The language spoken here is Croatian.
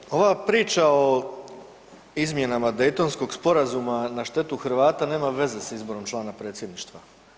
Dakle, ova priča o izmjenama Daytonskog sporazuma na štetu Hrvata nema veze sa izborom člana Predsjedništva.